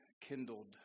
kindled